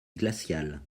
glacial